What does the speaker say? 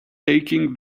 taking